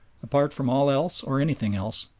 apart from all else or anything else,